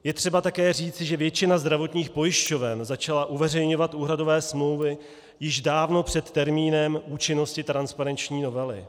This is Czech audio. Je třeba také říci, že většina zdravotních pojišťoven začala uveřejňovat úhradové smlouvy již dávno před termínem účinnosti transparenční novely.